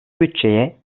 bütçeye